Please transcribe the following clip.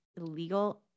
illegal